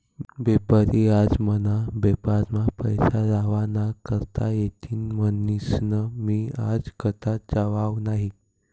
बेपारी आज मना बेपारमा पैसा लावा ना करता येतीन म्हनीसन मी आज कथाच जावाव नही